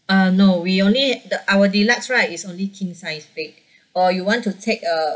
uh no we only the our deluxe right is only king size bed or you want to take uh